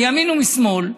מימין ומשמאל,